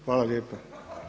Hvala lijepa.